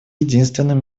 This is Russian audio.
единственным